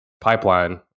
pipeline